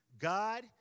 God